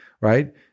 right